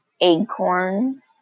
acorns